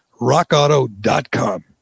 rockauto.com